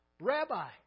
Rabbi